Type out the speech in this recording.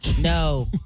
No